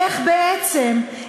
איך בעצם,